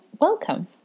welcome